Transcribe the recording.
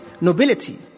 nobility